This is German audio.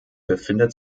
befindet